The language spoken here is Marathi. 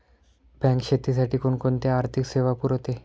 बँक शेतीसाठी कोणकोणत्या आर्थिक सेवा पुरवते?